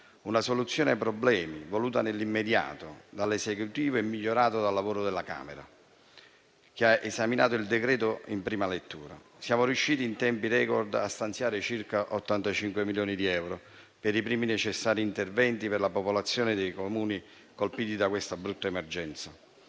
una soluzione ai problemi voluta nell'immediato dall'Esecutivo e migliorata dal lavoro della Camera, che ha esaminato il provvedimento in prima lettura. Siamo riusciti in tempi *record* a stanziare circa 85 milioni di euro per i primi necessari interventi per la popolazione dei Comuni colpiti da quella brutta emergenza.